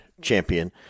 champion